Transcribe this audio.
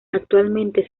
actualmente